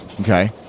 Okay